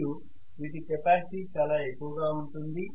మరియు వీటి కెపాసిటీ చాలా ఎక్కువగా ఉంటుంది